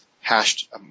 hashed